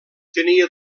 tenia